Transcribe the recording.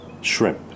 shrimp